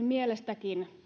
mielestä